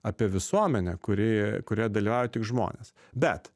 apie visuomenę kuri kurioje dalyvauja tik žmonės bet